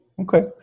Okay